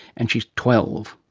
and she's twelve.